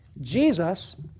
Jesus